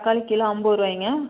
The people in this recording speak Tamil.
தக்காளி கிலோ ஐம்பது ரூபாய்ங்க